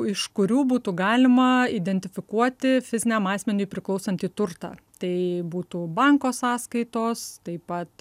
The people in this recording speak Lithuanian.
iš kurių būtų galima identifikuoti fiziniam asmeniui priklausantį turtą tai būtų banko sąskaitos taip pat